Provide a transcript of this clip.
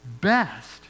best